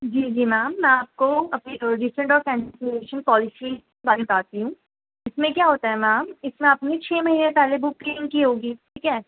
جی جی میم میں آپ کو اپنی ریسنٹ اور کنسپریشن پالیسی کے بارے بتاتی ہوں اس میں کیا ہوتا ہے میم اس میں آپ نے چھ مہینے پہلے بککنگ کی ہوگی ٹھیک ہے